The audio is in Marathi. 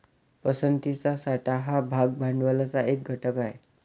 पसंतीचा साठा हा भाग भांडवलाचा एक घटक आहे